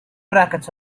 brackets